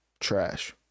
trash